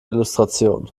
illustration